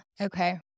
Okay